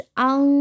on